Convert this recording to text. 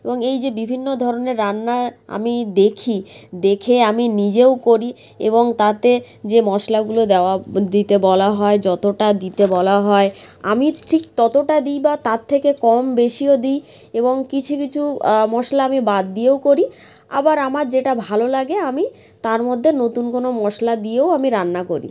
এবং এই যে বিভিন্ন ধরনের রান্না আমি দেখি দেখে আমি নিজেও করি এবং তাতে যে মশলাগুলো দেওয়া দিতে বলা হয় যতটা দিতে বলা হয় আমি ঠিক ততটা দিই বা তার থেকে কম বেশিও দিই এবং কিছু কিছু মশলা আমি বাদ দিয়েও করি আবার আমার যেটা ভালো লাগে আমি তার মধ্যে নতুন কোনো মশলা দিয়েও আমি রান্না করি